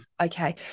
Okay